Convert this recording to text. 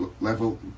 level